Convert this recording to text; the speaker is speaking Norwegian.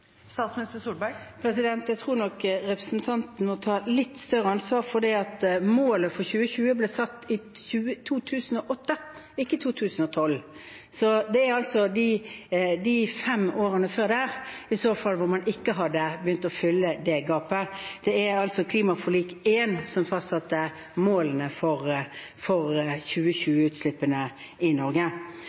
Jeg tror nok representanten må ta et litt større ansvar, for målet for 2020 ble satt i 2008, ikke i 2012. Så det var i så fall i løpet av de fem årene fram til 2013 at man ikke hadde begynt å tette det gapet. Det var altså klimaforlik nummer én som fastsatte målene for 2020-utslippene i Norge. Jeg er enig – og det har jeg også skrevet i